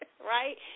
right